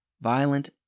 violent